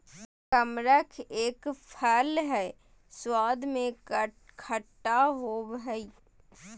कमरख एक फल हई स्वाद में खट्टा होव हई